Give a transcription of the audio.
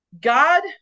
God